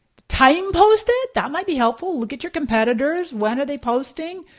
time posted, that might be helpful. look at your competitors, when are they posting.